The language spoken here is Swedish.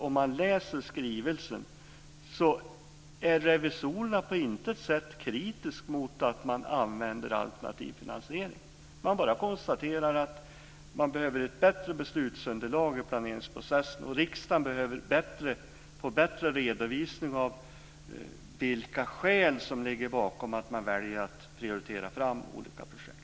Om man läser skrivelsen ser man att revisorerna inte på något sätt är kritiska till att man använder alternativ finansiering. Man konstaterar bara att man behöver ett bättre beslutsunderlag i planeringsprocessen, och att riksdagen behöver få bättre redovisning av vilka skäl som ligger bakom att man väljer att prioritera olika projekt.